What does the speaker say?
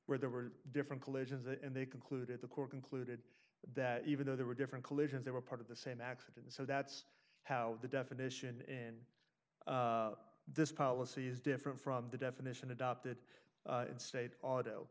where there were different collisions and they concluded the court concluded that even though there were different collisions they were part of the same accident so that's how the definition in this policy is different from the definition adopted state